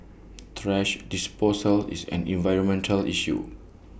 thrash disposal is an environmental issue